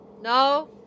No